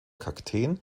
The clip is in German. kakteen